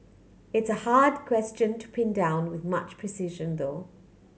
it's a hard question to pin down with much precision though